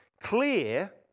clear